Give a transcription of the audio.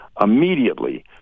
immediately